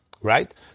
Right